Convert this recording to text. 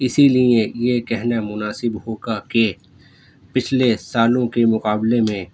اسی لیے یہ کہنا مناسب ہوگا کہ پچھلے سالوں کے مقابلے میں